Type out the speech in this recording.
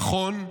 נכון,